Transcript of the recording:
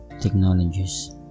technologies